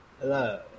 Hello